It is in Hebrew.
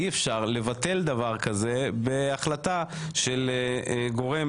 אי אפשר לבטל דבר כזה בהחלטה של גורם